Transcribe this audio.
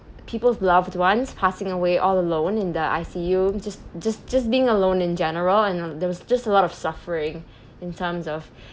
people's loved ones passing away all alone in the I_C_U just just just being alone in general and there was just a lot of suffering in terms of